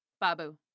Babu